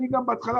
בהתחלה,